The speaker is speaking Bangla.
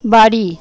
বাড়ি